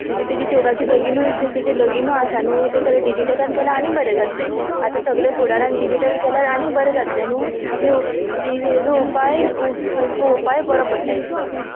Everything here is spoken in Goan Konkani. तुजें ताजे चडवाचें लगीणूय तें ताजें लगिणू आसा न्हू तें सगळें डिजिटलान केल्या आनी बरें जातलें आतां सगलें फुडारान डिजिटल केल्यार आनी बरें जातलें न्हू तेंवूं ती हेजो उपाय उ ह हो उपाय बरो पडटा येंचो